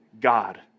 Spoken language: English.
God